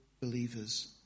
believers